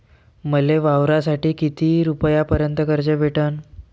मले वावरासाठी किती रुपयापर्यंत कर्ज भेटन?